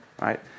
right